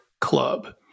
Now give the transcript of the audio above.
club